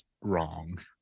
wrong